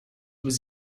was